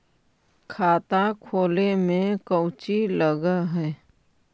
खाता खोले में कौचि लग है?